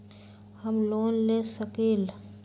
हम लोन ले सकील?